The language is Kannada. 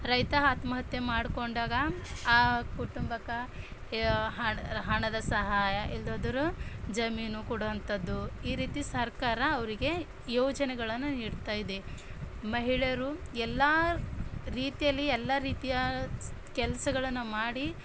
ರೈತ ಆತ್ಮಹತ್ಯೆ ಮಾಡ್ಕೊಂಡಾಗ ಆ ಕುಟುಂಬಕ್ಕೆ ಹಣ ಹಣದ ಸಹಾಯ ಇಲ್ಲದೇ ಹೋದರೆ ಜಮೀನು ಕೊಡುವಂಥದ್ದು ಈ ರೀತಿ ಸರ್ಕಾರ ಅವರಿಗೆ ಯೋಜನೆಗಳನ್ನು ನೀಡ್ತಾಯಿದೆ ಮಹಿಳೆಯರು ಎಲ್ಲ ರೀತಿಯಲ್ಲಿ ಎಲ್ಲ ರೀತಿಯ ಕೆಲಸಗಳನ್ನು ಮಾಡಿ